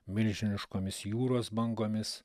milžiniškomis jūros bangomis